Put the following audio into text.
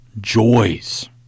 joys